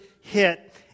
hit